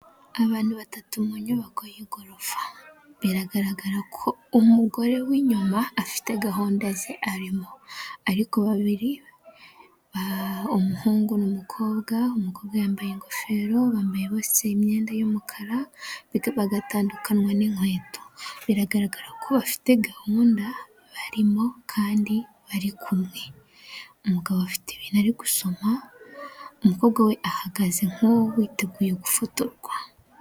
Abantu batatu mu nyubako y'igorofa biragaragara ko umugore w'inyuma afite gahunda ze arimo ariko babiri ba umuhungu n'umukobwa umukobwa yambaye ingofero bambaye basi imyenda y'umukara ndetse bagatandukanywa n'inkweto biragaragara ko bafite gahunda barimo kandi bariku umugabo afite ibintu ari gusoma umukobwa we ahagaze nku'wo witeguye gufotorwa.